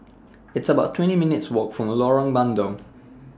It's about twenty minutes' Walk from Lorong Bandang